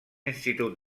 institut